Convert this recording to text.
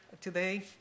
today